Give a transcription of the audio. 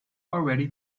already